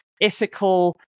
ethical